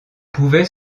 pouvait